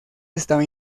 estaba